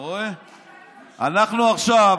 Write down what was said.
אנחנו עכשיו,